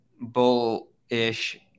bullish